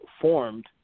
formed